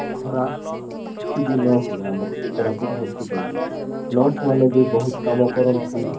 ଖରାପ କିଛି ବି ନ ହୁଏ ଆମ କୋରାପୁଟ ହସ୍ପିଟାଲ୍ରେ ନର୍ସ୍ମାନେ ବି ବହୁତ କାମ କରନ୍ତି